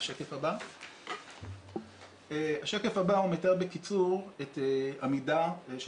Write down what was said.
השקף הבא מתאר בקיצור את העמידה של